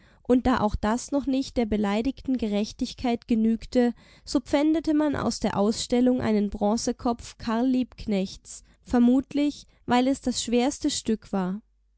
und da auch das noch nicht der beleidigten gerechtigkeit genügte so pfändete man aus der ausstellung einen bronzekopf karl liebknechts vermutlich weil es das schwerste stück war